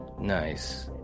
nice